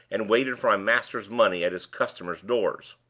and waited for my master's money at his customers' doors.